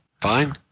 Fine